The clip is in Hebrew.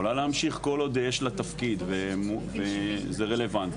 היא יכולה להמשיך כל עוד יש לה תפקיד וזה רלוונטי,